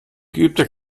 geübter